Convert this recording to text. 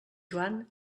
joan